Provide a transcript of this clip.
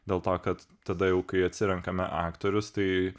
dėl to kad tada jau kai atsirenkame aktorius tai